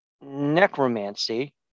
Necromancy